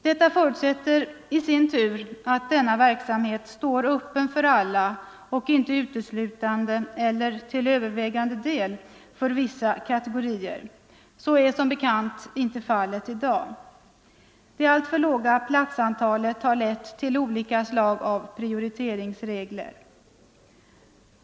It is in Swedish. Detta förutsätter i sin tur att denna verksamhet står öppen för alla och inte uteslutande eller till övervägande del för vissa kategorier. Så är som bekant inte fallet i dag. Det alltför låga platsantalet har lett till olika slag av prioriteringsregler.